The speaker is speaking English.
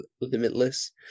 limitless